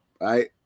right